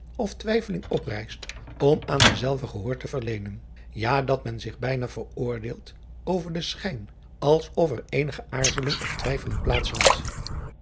of twijfeling oprijst om aan dezelve gehoor te verleenen ja dat men zich bijna veroordeelt over den schijn als of er eenige aarzeling of twijfeling plaats had